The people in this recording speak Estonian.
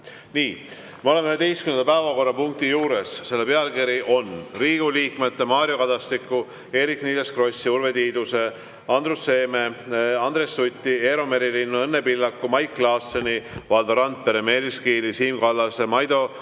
Nii, me oleme 11. päevakorrapunkti juures. See on Riigikogu liikmete Mario Kadastiku, Eerik-Niiles Krossi, Urve Tiiduse, Andrus Seeme, Andres Suti, Eero Merilinnu, Õnne Pillaku, Mait Klaasseni, Valdo Randpere, Meelis Kiili, Siim Kallase, Maido